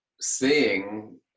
seeing